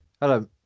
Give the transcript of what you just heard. Hello